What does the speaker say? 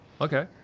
Okay